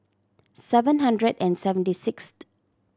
seven hundred and seventy sixth